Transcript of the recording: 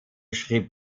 schrieb